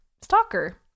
stalker